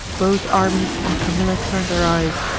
both armies on camilla turn'd their eyes,